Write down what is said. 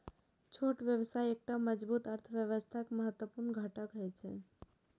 छोट व्यवसाय एकटा मजबूत अर्थव्यवस्थाक महत्वपूर्ण घटक होइ छै